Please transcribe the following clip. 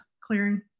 clearing